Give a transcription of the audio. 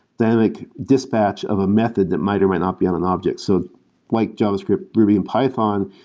dynamic dispatch of a method that might or might not be on an object. so like javascript moving in python,